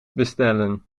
bestellen